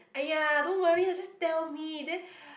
!aiya! don't worry lah just tell me then